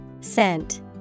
Scent